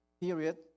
period